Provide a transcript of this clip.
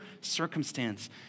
circumstance